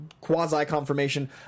quasi-confirmation